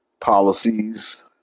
policies